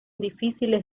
difíciles